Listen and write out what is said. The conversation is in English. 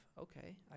okay